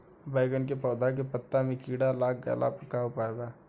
बैगन के पौधा के पत्ता मे कीड़ा लाग गैला पर का उपाय बा?